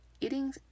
eating